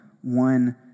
one